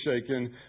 shaken